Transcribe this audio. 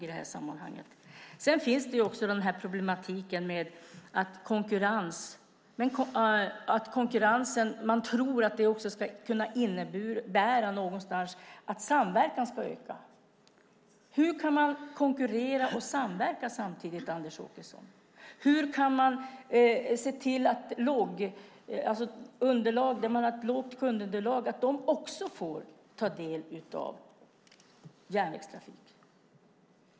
Vi har också problemet med att man tror att konkurrens ska innebära att samverkan ska öka. Hur kan man konkurrera och samverka samtidigt, Anders Åkesson? Hur kan man se till att människor även där det är ett lågt kundunderlag får ta del av järnvägstrafik?